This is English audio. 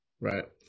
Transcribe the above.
Right